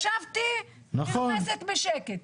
ישבתי בשקט.